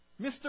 Mr